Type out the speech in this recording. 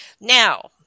Now